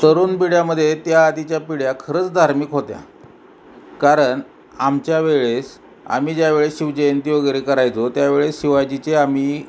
तरुण पिढ्यामध्ये त्या आधीच्या पिढ्या खरंच धार्मिक होत्या कारण आमच्या वेळेस आम्ही ज्यावेळेस शिवजयंती वगैरे करायचो त्यावेळेस शिवाजीचे आम्ही